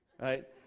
right